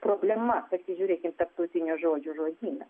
problema pasižiūrėkit į tarptautinių žodžių žodyną